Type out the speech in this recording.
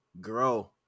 grow